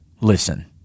Listen